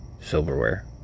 silverware